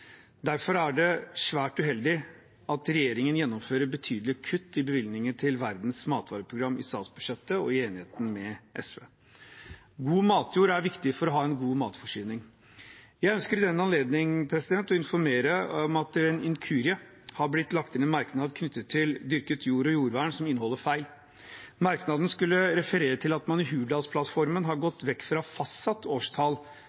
Derfor er det svært uheldig at regjeringen gjennomfører betydelige kutt i bevilgningen til Verdens matvareprogram i statsbudsjettet og i enigheten med SV. God matjord er viktig for å ha en god matforsyning. Jeg ønsker i den anledning å informere om at det ved en inkurie har blitt lagt til en merknad knyttet til dyrket jord og jordvern som inneholder feil. Merknaden skulle referere til at man i Hurdalsplattformen har gått vekk fra fastsatt årstall